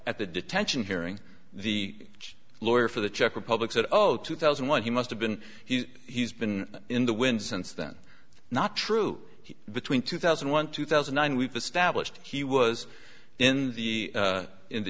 at the detention hearing the lawyer for the czech republic said oh two thousand and one he must have been he's been in the wind since then not true between two thousand and one two thousand and nine we've established he was in the in the